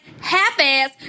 half-ass